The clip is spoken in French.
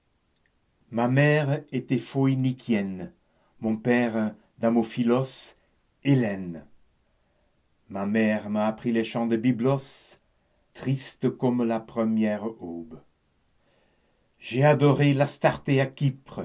ma mère était phoïnikienne mon père damophylos hellène ma mère m'a appris les chants de byblos tristes comme la première aube j'ai adoré